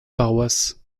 paroisses